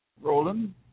Roland